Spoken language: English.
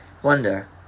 Wonder